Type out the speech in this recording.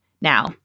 Now